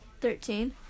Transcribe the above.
Thirteen